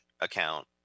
account